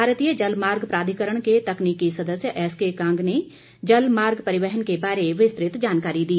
भारतीय जल मार्ग प्राधिकरण के तकनीकी सदस्य एसके कांग ने जल मार्ग परिवहन के बारे विस्तृत जानकारी दी